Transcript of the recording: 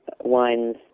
wines